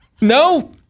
No